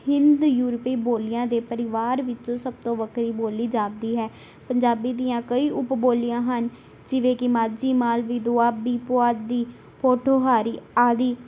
ਹਿੰਦ ਯੂਰਪੀ ਬੋਲੀਆਂ ਦੇ ਪਰਿਵਾਰ ਵਿੱਚੋਂ ਸਭ ਤੋਂ ਵੱਖਰੀ ਬੋਲੀ ਜਾਂਦੀ ਹੈ ਪੰਜਾਬੀ ਦੀਆਂ ਕਈ ਉਪਬੋਲੀਆਂ ਹਨ ਜਿਵੇਂ ਕਿ ਮਾਝੀ ਮਾਲਵੀ ਦੁਆਬੀ ਪੁਆਧੀ ਪੋਠੋਹਾਰੀ ਆਦਿ